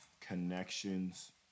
connections